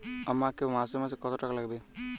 আমাকে মাসে মাসে কত টাকা লাগবে?